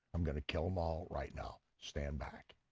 i'm going to kill them all right now, stand back.